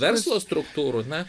verslo struktūrų na